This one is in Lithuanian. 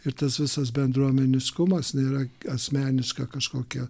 ir tas visas bendruomeniškumas nėra asmeniška kažkokia